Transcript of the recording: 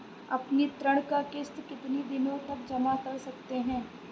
अपनी ऋण का किश्त कितनी दिनों तक जमा कर सकते हैं?